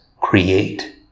create